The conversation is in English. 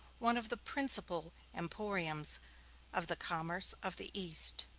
one of the principal emporiums of the commerce of the east.